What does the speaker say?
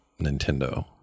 Nintendo